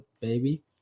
baby